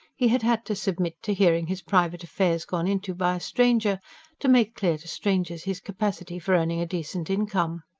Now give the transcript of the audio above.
he had had to submit to hearing his private affairs gone into by a stranger to make clear to strangers his capacity for earning a decent income.